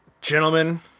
gentlemen